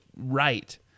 right